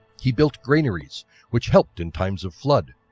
he built granaries which helped in times of flood,